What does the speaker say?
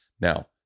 Now